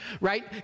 right